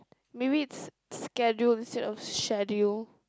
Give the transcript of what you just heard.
maybe it's schedule instead of schedule